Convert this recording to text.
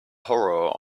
horror